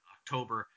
October